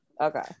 Okay